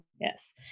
Yes